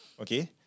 Okay